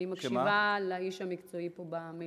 אני מקשיבה לאיש המקצועי פה במליאה.